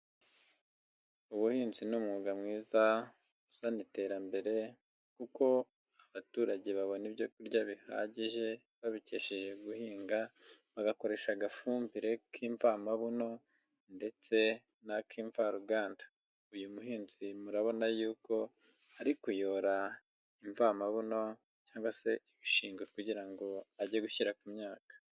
Ubuhinzi ni umwuga mwiza uzana iterambere, kuko abaturage babona ibyo kurya bihagije, babikesheje guhinga, bagakoresha agafumbire k'imvamabuno ndetse n'ak'imvaruganda. Uyu muhinzi murabona yuko ari kuyora imvamabuno cyangwa se ibishingwe kugira ngo ajye gushyira ku myaka.